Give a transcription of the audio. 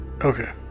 Okay